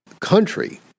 country